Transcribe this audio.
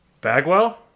Bagwell